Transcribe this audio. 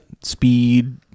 Speed